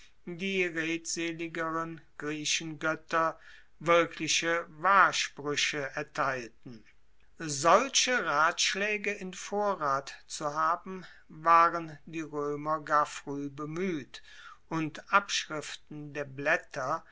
die redseligeren griechengoetter wirkliche wahrsprueche erteilten solche ratschlaege in vorrat zu haben waren die roemer gar frueh bemueht und abschriften der blaetter